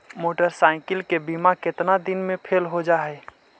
Motorcycle के बिमा केतना दिन मे फेल हो जा है?